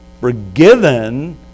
forgiven